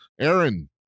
Aaron